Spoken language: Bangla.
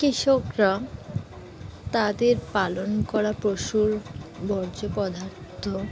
কৃষকরা তাদের পালন করা পশুর বর্জ্য পদার্থ